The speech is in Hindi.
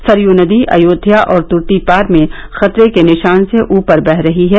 सरयू नदी अयोध्या और तुर्तीपार में खतरे के निशान से ऊपर बह रही है